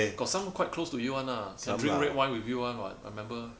got some quite close to you [one] ah got drink red wine with you [one] [what] I remember